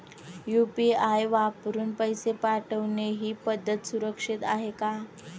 UPI वापरून पैसे पाठवणे ही पद्धत सुरक्षित आहे का?